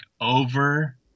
over